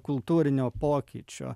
kultūrinio pokyčio